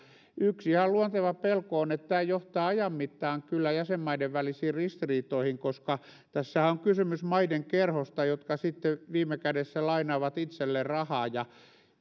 yksi ihan luonteva pelko on että tämä johtaa ajan mittaan kyllä jäsenmaiden välisiin ristiriitoihin koska tässähän on kysymys maiden kerhosta jotka sitten viime kädessä lainaavat itselleen rahaa ja